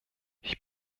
ich